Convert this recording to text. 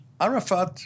Arafat